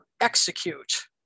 execute